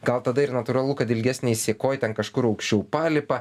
gal tada ir natūralu kad ilgesnėj sekoj ten kažkur aukščiau palipa